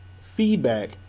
Feedback